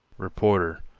reporter,